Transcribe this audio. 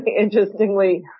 Interestingly